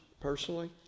personally